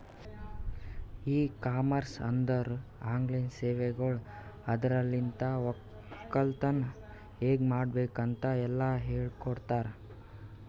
E commerce ಅಂದುರ್ online ಸೇವೆಗೊಳ್ ಇದುರಲಿಂತ್ ಒಕ್ಕಲತನ ಹೇಗ್ ಮಾಡ್ಬೇಕ್ ಅಂತ್ ಎಲ್ಲಾ ಹೇಳಕೊಡ್ತಾರ್